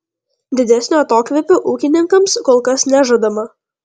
didesnio atokvėpio ūkininkams kol kas nežadama